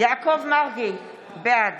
יעקב מרגי, בעד